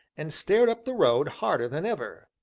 and stared up the road harder than ever.